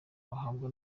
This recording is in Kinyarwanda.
bahabwa